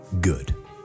good